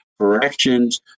Corrections